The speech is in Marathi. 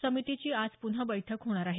समितीची आज पुन्हा बैठक होणार आहे